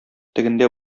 тегендә